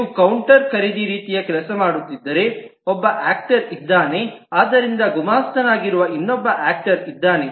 ನೀವು ಕೌಂಟರ್ ಖರೀದಿ ರೀತಿಯ ಕೆಲಸ ಮಾಡುತ್ತಿದ್ದರೆ ಒಬ್ಬ ಆಕ್ಟರ್ ಇದ್ದಾನೆ ಆದ್ದರಿಂದ ಗುಮಾಸ್ತನಾಗಿರುವ ಇನ್ನೊಬ್ಬ ಆಕ್ಟರ್ ಇದ್ದಾನೆ